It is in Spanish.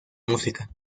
música